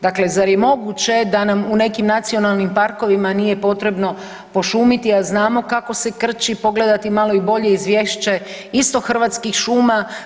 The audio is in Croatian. Dakle, zar je moguće da u nekim nacionalnim parkovima nije potrebno pošumiti, a znamo kako se krči, pogledati malo i bolje izvješće isto Hrvatskih šuma.